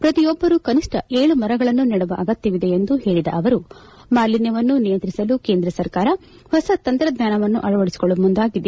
ಪ್ರತಿಯೊಬ್ಬರು ಕನಿಷ್ಠ ಏಳು ಮರಗಳನ್ನು ನೆಡುವ ಅಗತ್ಕವಿದೆ ಎಂದು ಹೇಳಿದ ಅವರು ಮಾಲಿನ್ಯವನ್ನು ನಿಯಂತ್ರಿಸಲು ಕೇಂದ್ರ ಸರ್ಕಾರ ಹೊಸ ತಂತ್ರಜ್ಞಾನವನು ಅಳವಡಿಸಿಕೊಳ್ಳಲು ಮುಂದಾಗಿದೆ